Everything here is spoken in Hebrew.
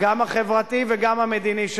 חבר הכנסת בן-ארי.